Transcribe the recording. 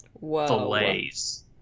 fillets